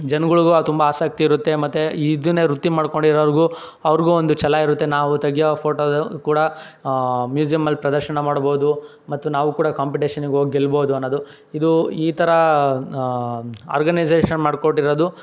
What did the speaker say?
ಜನಗಳ್ಗೂ ತುಂಬ ಆಸಕ್ತಿ ಇರುತ್ತೆ ಮತ್ತು ಇದನ್ನೇ ವೃತ್ತಿ ಮಾಡಿಕೊಂಡಿರೋರ್ಗೂ ಅವ್ರಿಗೂ ಒಂದು ಛಲ ಇರುತ್ತೆ ನಾವು ತೆಗಿಯೋ ಫೋಟೋ ಕೂಡ ಮ್ಯೂಸಿಯಮ್ಮಲ್ಲಿ ಪ್ರದರ್ಶನ ಮಾಡ್ಬೋದು ಮತ್ತು ನಾವು ಕೂಡ ಕಾಂಪಿಟೀಷನ್ಗೋಗಿ ಗೆಲ್ಬೋದು ಅನ್ನೋದು ಇದು ಈ ಥರ ಆರ್ಗನೈಝೇಷನ್ ಮಾಡಿಕೊಂಡಿರೋದು